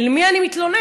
אל מי אני מתלונן?